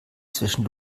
zwischen